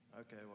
Okay